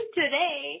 today